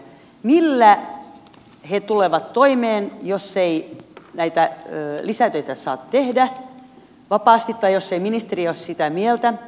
millä he tulevat toimeen jos ei näitä lisätöitä saa tehdä vapaasti tai jos ei ministeri ole sitä mieltä